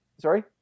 Sorry